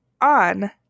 on